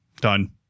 Done